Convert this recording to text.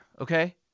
Okay